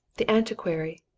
the antiquary.